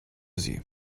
sie